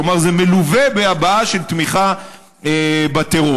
כלומר זה מלווה בהבעה של תמיכה בטרור.